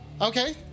Okay